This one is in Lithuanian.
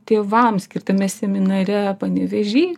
tėvams skirtame seminare panevėžy